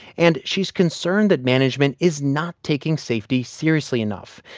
and she's concerned that management is not taking safety seriously enough,